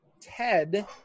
Ted